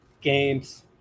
games